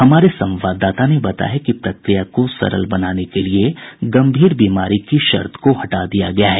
हमारे संवाददाता ने बताया है कि प्रक्रिया को सरल बनाने के लिए गंभीर बीमारी की शर्त को हटा दिया गया है